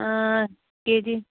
आ के जी